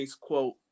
quote